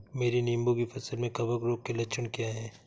मेरी नींबू की फसल में कवक रोग के लक्षण क्या है?